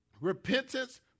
Repentance